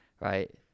right